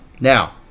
Now